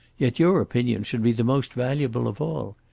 yet your opinion should be the most valuable of all.